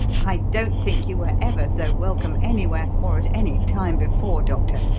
i don't think you were ever so welcome anywhere or at any time before, doctor,